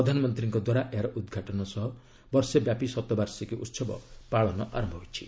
ପ୍ରଧାନମନ୍ତ୍ରୀଙ୍କ ଦ୍ୱାରା ଏହାର ଉଦ୍ଘାଟନ ସହ ବର୍ଷେ ବ୍ୟାପି ଶତବାର୍ଷିକୀ ଉତ୍ସବ ପାଳନ ଆରମ୍ଭ ହୋଇଛି